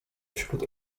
wśród